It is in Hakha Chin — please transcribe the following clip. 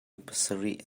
pasarih